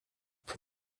for